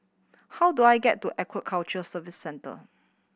how do I get to Aquaculture Service Centre